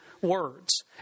Words